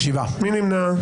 מי נמנע?